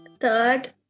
Third